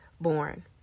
born